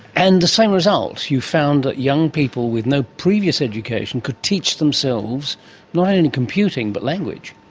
and the same result, you found that young people with no previous education could teach themselves not only computing but language.